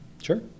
Sure